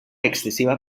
excesiva